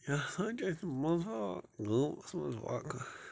یہِ ہسا چھِ أتھی مَسا گامس منٛز واقعہٕ